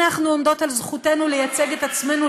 אנחנו עומדות על זכותנו לייצג את עצמנו,